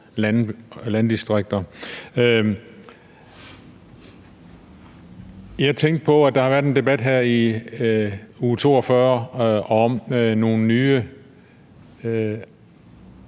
landdistrikter. Jeg tænkte på, at der har været en debat her i uge 42 om nogle nye,